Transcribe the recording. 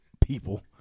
people